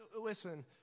listen